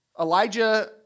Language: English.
Elijah